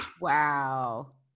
Wow